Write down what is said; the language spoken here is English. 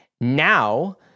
Now